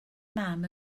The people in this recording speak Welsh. mam